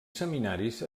seminaris